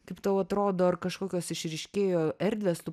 kaip tau atrodo ar kažkokios išryškėjo erdvės tu